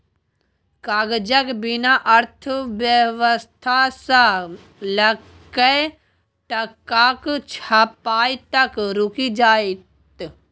कागजक बिना अर्थव्यवस्था सँ लकए टकाक छपाई तक रुकि जाएत